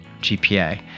GPA